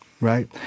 Right